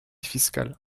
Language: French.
fiscale